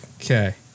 Okay